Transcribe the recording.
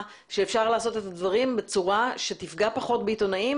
שאפשר לעשות את הדברים בצורה שתפגע פחות בעיתונאים